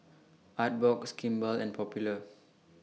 Artbox Kimball and Popular